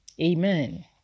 Amen